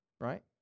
right